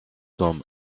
tom